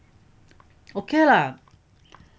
okay lah